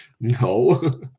No